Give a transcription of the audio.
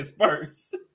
first